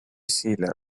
sealer